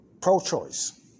Pro-choice